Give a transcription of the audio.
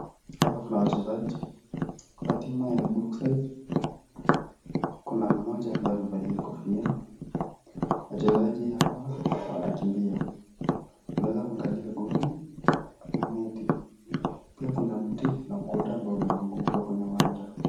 Hapa kuna wachezaji wa timu ya Brookside, kuna mmoja ambaye amevalia kofia. Wachezaji hawa wanakimbia, unaeza kuangalia goli na neti. Pia kuna mti na ukuta ambao umezunguka kwenye uwanja.